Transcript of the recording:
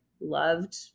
loved